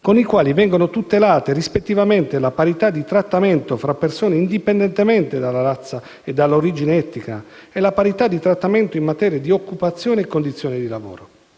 con i quali vengono tutelate, rispettivamente, la parità di trattamento fra persone indipendentemente dalla razza e dall'origine etnica e la parità di trattamento in materia di occupazione e condizioni di lavoro.